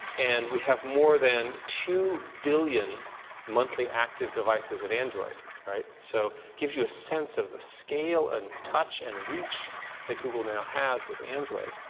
and we have more than two billion monthly active devices at android. right? so gives you a sense of the scale and touch and reach that google now has with android.